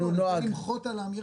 ואני רוצה למחות על האמירה,